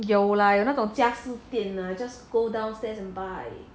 有啦有那种家私店啦 just go downstairs and buy